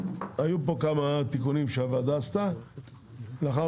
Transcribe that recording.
היו פה כמה תיקונים שהוועדה עשתה לאחר